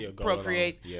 procreate